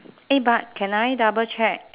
eh but can I double check